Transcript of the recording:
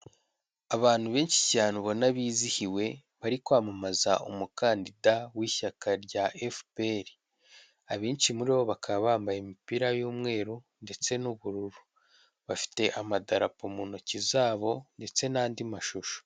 Abantu benshi cyane ubona bizihiwe bari kwamamaza umukandida w'ishyaka rya Efuperi, abenshi muri bo bakaba bambaye imipira y'umweru ndetse n'ubururu, bafite amadarapo mu ntoki zabo ndetse n'andi mashusho.